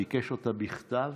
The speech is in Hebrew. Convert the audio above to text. הוא ביקש אותה בכתב,